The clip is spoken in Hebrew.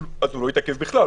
לא יתעכב בכלל.